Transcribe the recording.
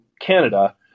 Canada